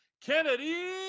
Kennedy